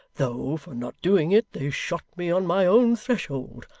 though, for not doing it, they shot me on my own threshold.